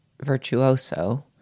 virtuoso